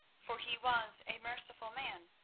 for he was a merciful man,